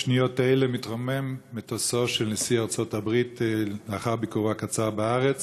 בשניות אלה מתרומם מטוסו של נשיא ארצות הברית לאחר ביקורו הקצר בארץ,